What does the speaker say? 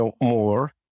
more